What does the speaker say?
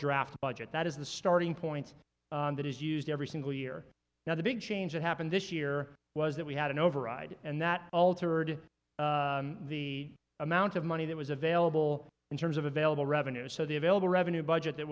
draft budget that is the starting point that is used every single year now the big change that happened this year was that we had an override and that altered the amount of money that was available in terms of available revenues so the available revenue budget that